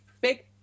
big